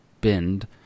bend